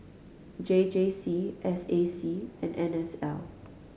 J J C S A C and N S L